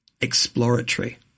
exploratory